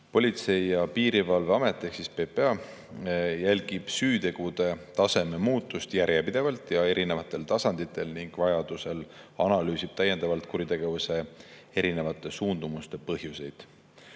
Politsei- ja Piirivalveamet ehk PPA jälgib süütegude taseme muutust järjepidevalt ja erinevatel tasanditel ning vajadusel analüüsib täiendavalt kuritegevuse erinevate suundumuste põhjuseid.